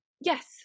yes